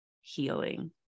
healing